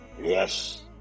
yes